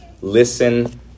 Listen